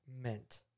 meant